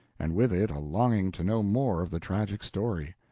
and with it a longing to know more of the tragic story.